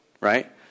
right